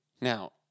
Now